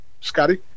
Scotty